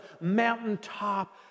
mountaintop